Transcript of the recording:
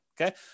Okay